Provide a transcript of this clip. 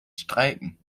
streiken